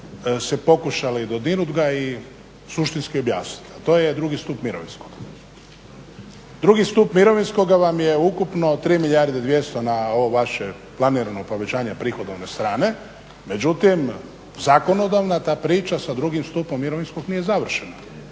se pokušali dodirnuti ga i suštinski objasniti a to je drugi stup mirovinskog. Drugi stup mirovinskoga vam je ukupno 3 milijarde 200 na ovo vaše planirano povećanje prihodovne strane. Međutim, zakonodavna ta priča sa drugim stupom mirovinskog nije završena.